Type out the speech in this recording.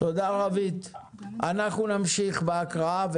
אנחנו נמשיך בהקראה.